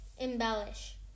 embellish